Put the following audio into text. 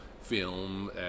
film